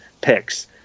picks